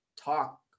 talk